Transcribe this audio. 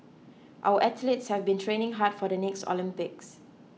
our athletes have been training hard for the next Olympics